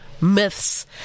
Myths